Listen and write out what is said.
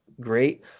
great